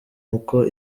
uko